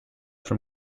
from